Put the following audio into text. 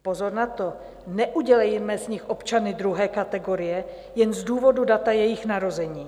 Pozor na to, neudělejme z nich občany druhé kategorie jen z důvodu data jejich narození.